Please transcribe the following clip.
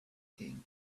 king